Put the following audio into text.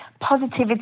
positivity